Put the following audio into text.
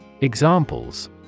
Examples